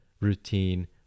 routine